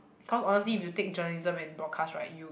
cause honestly if you take journalism and broadcast right you